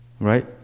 Right